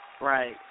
right